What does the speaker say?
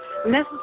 Necessary